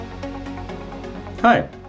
Hi